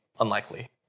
unlikely